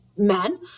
men